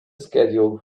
schedule